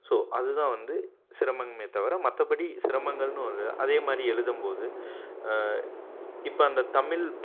so அதுதான் வந்து சிரமமே தவிர மற்றபடி சிரமங்கள்னு ஒரு அதேமாதிரி எழுதும்போது இப்போ அந்த தமிழ்